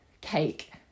cake